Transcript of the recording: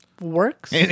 works